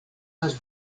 has